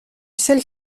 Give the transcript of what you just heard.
celle